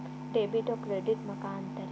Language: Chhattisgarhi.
डेबिट अउ क्रेडिट म का अंतर हे?